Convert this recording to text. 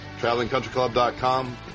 TravelingCountryClub.com